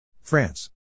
France